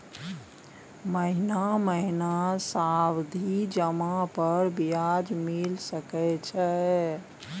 महीना महीना सावधि जमा पर ब्याज मिल सके छै?